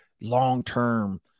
long-term